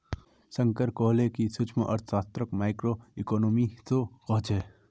शंकर कहले कि सूक्ष्मअर्थशास्त्रक माइक्रोइकॉनॉमिक्सो कह छेक